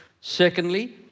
Secondly